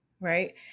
Right